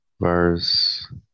verse